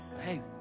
hey